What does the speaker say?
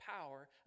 power